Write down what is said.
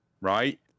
right